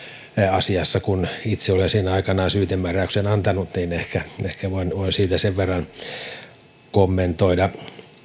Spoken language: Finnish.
asiassa kun itse olen siinä aikanaan syytemääräyksen antanut ehkä ehkä voin sen verran kommentoida